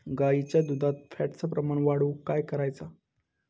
गाईच्या दुधात फॅटचा प्रमाण वाढवुक काय करायचा?